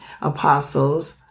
Apostles